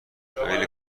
خیلی